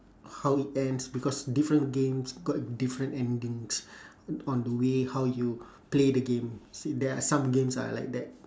how it ends because different games got different endings on the way how you play the games there are some games ah like that